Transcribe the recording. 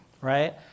right